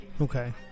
Okay